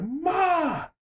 Ma